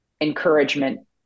encouragement